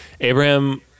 Abraham